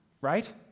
Right